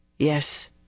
Yes